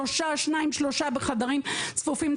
2-3 בחדרים צפופים,